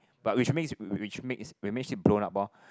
but which makes which makes which makes it blown up orh